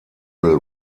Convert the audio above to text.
will